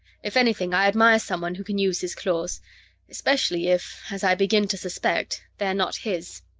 if anything, i admire someone who can use his claws especially if, as i begin to suspect, they're not his.